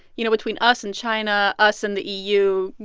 you know, between us and china, us and the eu,